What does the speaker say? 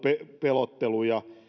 pelotteluja